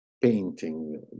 painting